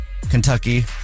Kentucky